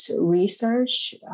research